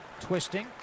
twisting